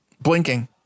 Blinking